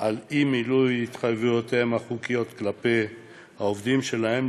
אי-מילוי התחייבויותיהם החוקיות כלפי העובדים שלהם,